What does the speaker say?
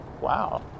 Wow